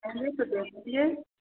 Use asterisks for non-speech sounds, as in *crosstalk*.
*unintelligible*